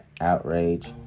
outrage